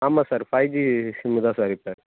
ஆமாம் sir five G sim தான் sir இப்போ